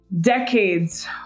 decades